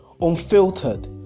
unfiltered